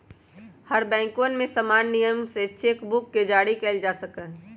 हर बैंकवन में समान नियम से चेक बुक के जारी कइल जा सका हई